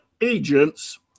agents